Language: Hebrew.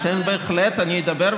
לכן בהחלט אני אדבר,